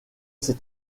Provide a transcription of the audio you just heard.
ses